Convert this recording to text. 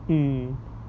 mm